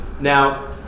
Now